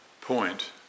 point